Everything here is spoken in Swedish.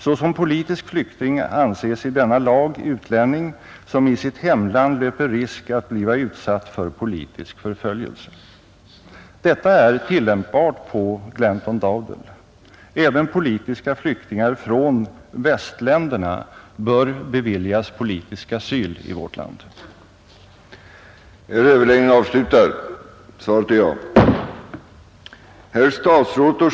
Såsom politisk flykting anses i denna lag utlänning som i sitt hemland löper risk att bliva utsatt för politisk förföljelse.” Detta är tillämpbart på Glanton Dowdell. Även politiska flyktingar från västländerna bör beviljas politisk asyl i vårt land.